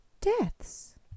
deaths